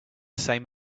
same